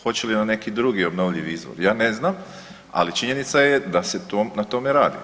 Hoće li na neki drugi obnovljivi izvor, ja ne znam ali činjenica je da se na tom radi.